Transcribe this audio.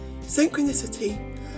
Synchronicity